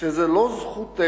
שזאת לא זכותנו,